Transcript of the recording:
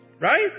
right